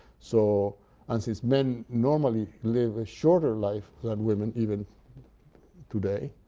so and since men normally live a shorter life than women, even today,